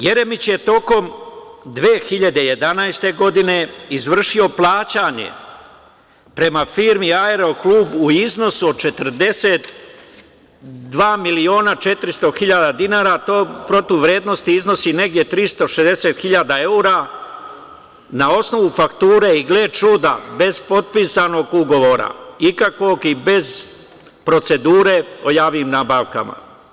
Jeremić je tokom 2011. godine izvršio plaćanje prema firmi „Aeroklub“, u iznosu od 42 miliona 400 hiljada dinara, to u protivvrednosti iznosi negde 360 hiljada evra, na osnovu fakture i gle čuda, bez potpisanog ugovora ikakvog i bez procedure o javnim nabavkama.